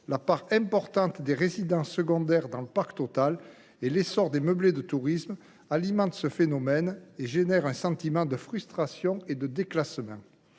l’importance des résidences secondaires dans le parc total et l’essor des meublés de tourisme alimentent ce phénomène, suscitant un sentiment de frustration et de déclassement.